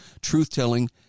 truth-telling